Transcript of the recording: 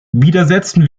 widersetzen